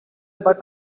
but